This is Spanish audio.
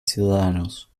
ciudadanos